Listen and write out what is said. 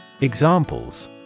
Examples